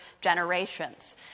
generations